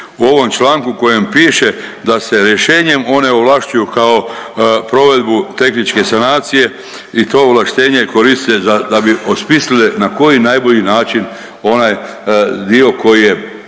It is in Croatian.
u ovom članku u kojem piše da se rješenjem one ovlašćuju kao provedbu tehničke sanacije i to ovlaštenje koriste za da bi osmislile na koji najbolji način onaj dio koji je